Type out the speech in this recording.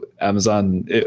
Amazon